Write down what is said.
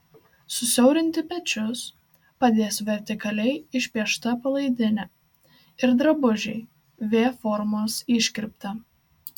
susiaurinti pečius padės vertikaliai išpiešta palaidinė ir drabužiai v formos iškirpte